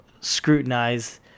Scrutinize